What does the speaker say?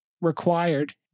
required